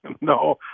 No